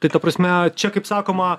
tai ta prasme čia kaip sakoma